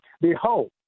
Behold